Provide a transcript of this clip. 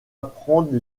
apprendre